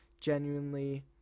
genuinely